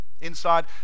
inside